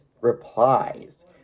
replies